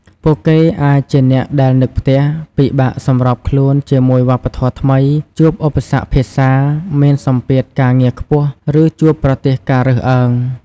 ពួកគេអាចជាអ្នកដែលនឹកផ្ទះ ពិបាកសម្របខ្លួនជាមួយវប្បធម៌ថ្មី ជួបឧបសគ្គភាសា មានសម្ពាធការងារខ្ពស់ ឬជួបប្រទះការរើសអើង ។